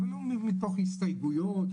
אפילו לא מתוך הסתייגויות,